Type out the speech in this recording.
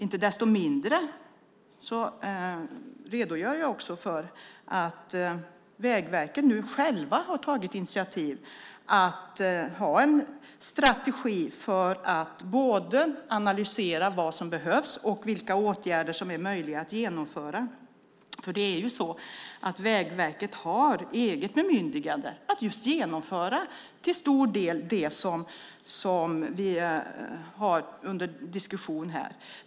Inte desto mindre redogör jag för att Vägverket självt nu tagit initiativ till en strategi för att analysera både vad som behövs och vilka åtgärder som är möjliga att genomföra. Vägverket har eget bemyndigande att till stor del genomföra det som vi diskuterar här.